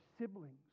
siblings